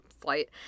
flight